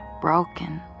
broken